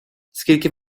скільки